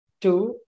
Two